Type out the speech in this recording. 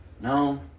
No